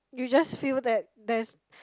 you just feel that there's